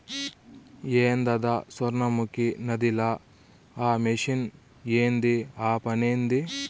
ఏందద సొర్ణముఖి నదిల ఆ మెషిన్ ఏంది ఆ పనేంది